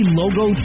logo